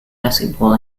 basketball